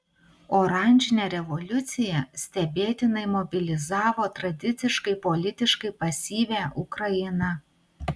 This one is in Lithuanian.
oranžinė revoliucija stebėtinai mobilizavo tradiciškai politiškai pasyvią ukrainą